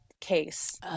case